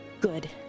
Good